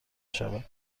شود